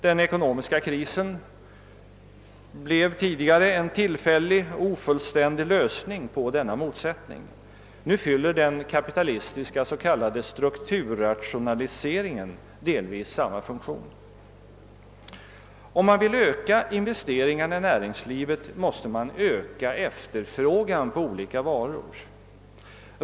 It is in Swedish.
Den ekonomiska krisen är en tillfällig och ofullständig lösning på denna motsättning. Nu fyller den kapitalistiska s.k. strukturrationaliseringen delvis samma funktion. Om man vill.öka investeringarna i näringslivet, måste man öka efterfrågan på olika varor.